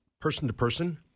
person-to-person